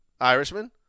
Irishman